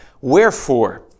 wherefore